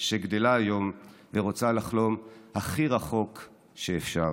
שגדלה היום ורוצה לחלום הכי רחוק שאפשר.